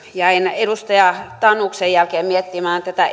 jäin edustaja tanuksen jälkeen miettimään tätä